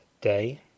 Day